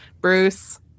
Bruce